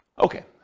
Okay